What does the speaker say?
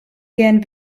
gehen